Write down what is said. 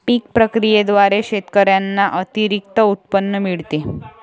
पीक प्रक्रियेद्वारे शेतकऱ्यांना अतिरिक्त उत्पन्न मिळते